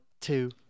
two